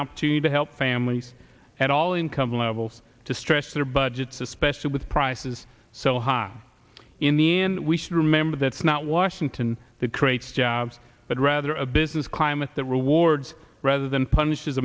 opportunity to help families at all income levels to stretch their budgets especially with prices so high in the end we should remember that it's not washington that creates jobs but rather a business climate that rewards rather than punishe